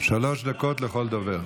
שלוש דקות לכל דובר.